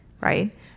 Right